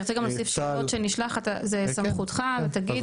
אם תרצה להוסיף גם שמות שנשלך זה סמכותך ותגיד,